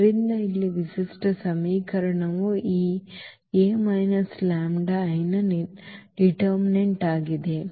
ಆದ್ದರಿಂದ ಇಲ್ಲಿ ವಿಶಿಷ್ಟ ಸಮೀಕರಣವು ಈ A λI ನ ನಿರ್ಣಾಯಕವಾಗಿದೆ